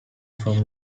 from